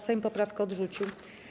Sejm poprawkę odrzucił.